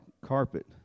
carpet